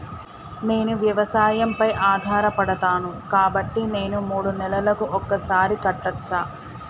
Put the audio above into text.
నేను వ్యవసాయం పై ఆధారపడతాను కాబట్టి నేను మూడు నెలలకు ఒక్కసారి కట్టచ్చా?